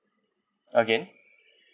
again